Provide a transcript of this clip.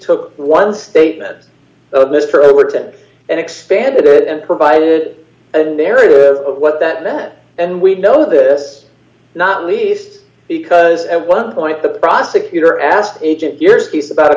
took one statement mr overton and expanded it and provided a narrative of what that meant and we know this not least because at one point the prosecutor asked agent your piece about a